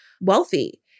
wealthy